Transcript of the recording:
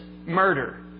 murder